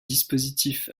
dispositif